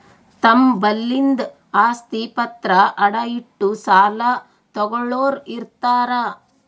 ತಮ್ ಬಲ್ಲಿಂದ್ ಆಸ್ತಿ ಪತ್ರ ಅಡ ಇಟ್ಟು ಸಾಲ ತಗೋಳ್ಳೋರ್ ಇರ್ತಾರ